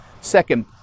Second